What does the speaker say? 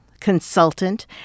consultant